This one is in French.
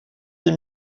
des